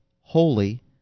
holy